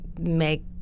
make